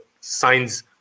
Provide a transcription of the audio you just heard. signs